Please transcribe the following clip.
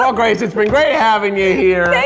well grace, it's been great having you here.